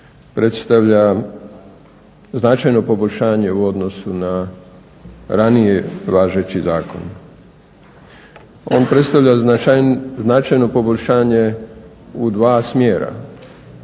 predstavlja značajno poboljšanje u odnosu na ranije važeći zakon. On predstavlja značajno poboljšanje u dva smjera.